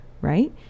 right